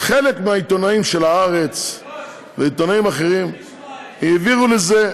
חלק מהעיתונאים של הארץ ועיתונאים אחרים העבירו לזה,